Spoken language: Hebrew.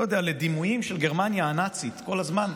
לא יודע, לדימויים של גרמניה הנאצית כל הזמן.